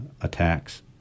attacks